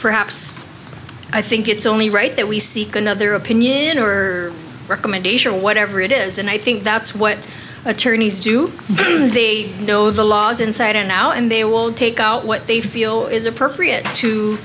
perhaps i think it's only right that we seek another opinion or recommendation or whatever it is and i think that's what attorneys do the know the laws inside and out and they will take out what they feel is appropriate to